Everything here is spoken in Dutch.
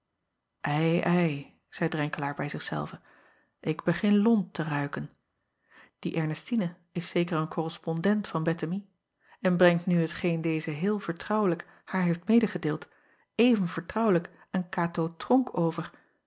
i ei zeî renkelaer bij zich zelven ik begin acob van ennep laasje evenster delen lont te ruiken ie rnestine is zeker een korrespondent van ettemie en brengt nu t geen deze heel vertrouwelijk haar heeft medegedeeld even vertrouwelijk aan atoo ronck over